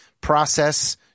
process